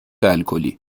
الکلی